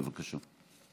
בבקשה.